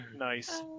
nice